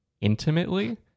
intimately